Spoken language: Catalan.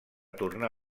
tornar